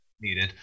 needed